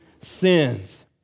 sins